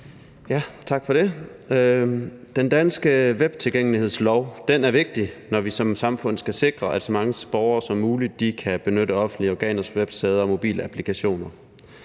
(V): Tak for det. Den danske webtilgængelighedslov er vigtig, når vi som samfund skal sikre, at så mange borgere som muligt kan benytte offentlige organers websteder og mobilapplikationer,